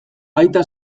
aita